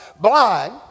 blind